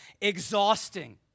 exhausting